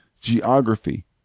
geography